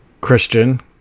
Christian